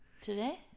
Today